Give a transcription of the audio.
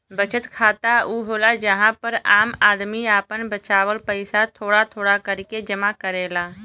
बचत खाता ऊ होला जहां पर आम आदमी आपन बचावल पइसा थोड़ा थोड़ा करके जमा करेला